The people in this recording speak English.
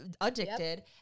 Addicted